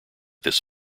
this